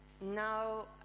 now